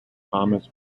thomas